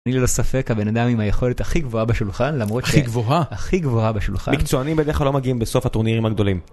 אני ללא ספק הבן אדם עם היכולת הכי גבוהה בשולחן למרות, הכי גבוהה? הכי גבוהה בשולחן, מקצוענים בדרך כלל לא מגיעים בסוף הטורנירים הגדולים.